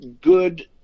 good